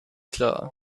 klar